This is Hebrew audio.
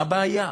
מה הבעיה?